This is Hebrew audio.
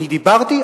אני דיברתי.